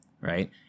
right